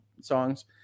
songs